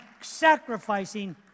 sacrificing